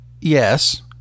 yes